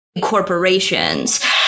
corporations